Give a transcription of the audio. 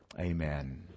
amen